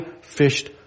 fished